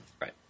Right